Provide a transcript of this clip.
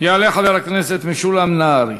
יעלה חבר הכנסת משולם נהרי.